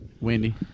Wendy